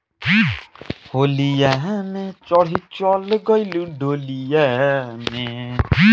सिंचाई यंत्र सस्ता दर में उपलब्ध होला कि न?